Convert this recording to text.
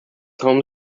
home